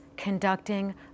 Conducting